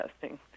testing